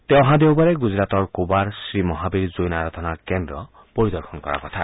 তেওঁ অহা দেওবাৰে গুজৰাটৰ কোবাৰ শ্ৰীমহাবীৰ জৈন আৰধনা কেন্দ্ৰও পৰিদৰ্শন কৰাৰ কথা